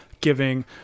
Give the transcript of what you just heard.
Giving